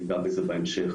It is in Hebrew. ניגע בזה בהמשך.